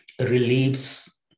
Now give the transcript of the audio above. relieves